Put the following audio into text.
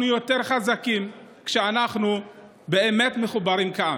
אנחנו יותר חזקים כשאנחנו באמת מחוברים כעם.